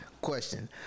question